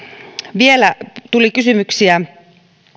vielä tuli kysymyksiä